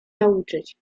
nauczyć